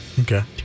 Okay